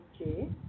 Okay